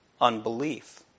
unbelief